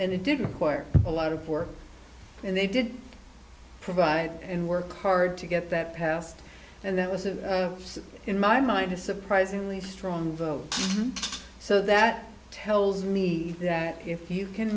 and it didn't require a lot of work and they did provide and work hard to get that passed and that wasn't in my mind a surprisingly strong vote so that tells me that if he can